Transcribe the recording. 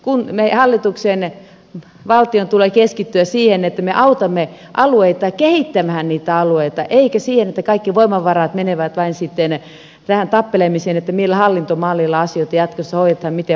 elikkä nytten meidän hallituksen valtion tulee keskittyä siihen että me autamme alueita kehittämään niitä alueita eikä siihen että kaikki voimavarat menevät vain sitten tähän tappelemiseen millä hallintomallilla asioita jatkossa hoidetaan miten hoidetaan ne